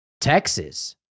Texas